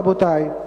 רבותי,